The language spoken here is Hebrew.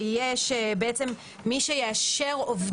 שמי שיאשר עובדים,